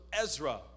Ezra